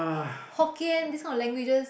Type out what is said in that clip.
Hokkien this kind of languages